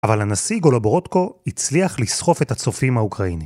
אבל הנשיא גולובורודקו הצליח לסחוף את הצופים האוקראינים.